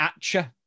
Atcha